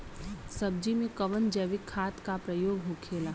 सब्जी में कवन जैविक खाद का प्रयोग होखेला?